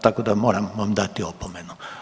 Tako da moram vam dati opomenu.